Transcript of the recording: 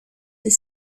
des